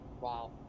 Wow